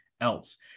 else